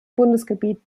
bundesgebiet